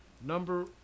number